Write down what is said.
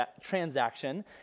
transaction